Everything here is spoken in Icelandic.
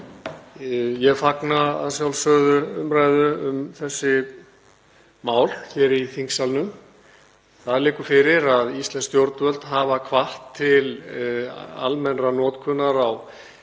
Ég fagna að sjálfsögðu umræðu um þessi mál hér í þingsalnum. Það liggur fyrir að íslensk stjórnvöld hafa hvatt til almennrar notkunar á lyfjum